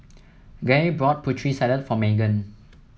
Gaye bought Putri Salad for Maegan